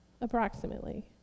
approximately